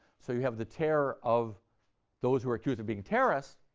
so, you have the terror of those who are accused of being terrorists,